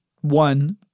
one